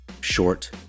Short